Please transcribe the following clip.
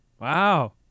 Wow